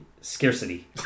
Scarcity